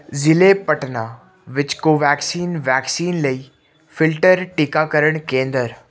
ਜ਼ਿਲ੍ਹੇ ਪਟਨਾ ਵਿੱਚ ਕੋਵੈਕਸਿਨ ਵੈਕਸੀਨ ਲਈ ਫਿਲਟਰ ਟੀਕਾਕਰਨ ਕੇਂਦਰ